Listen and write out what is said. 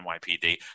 NYPD